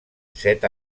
set